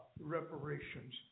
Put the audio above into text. reparations